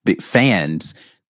fans